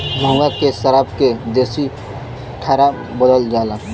महुआ के सराब के देसी ठर्रा बोलल जाला